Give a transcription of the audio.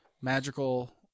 Magical